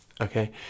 okay